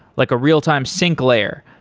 like a real-time sync layer,